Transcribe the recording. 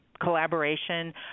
collaboration